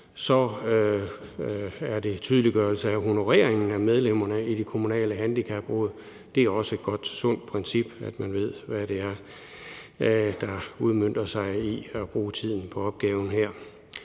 ved fastsættelsen af honoreringen af medlemmerne i de kommunale handicapråd. Det er også et godt og sundt princip, at man ved, hvad det udmønter sig i, når man bruger tiden på opgaven her.